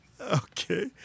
Okay